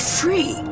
free